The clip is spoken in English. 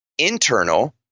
internal